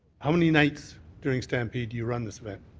how many nights during stampede do you run this event?